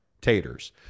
Taters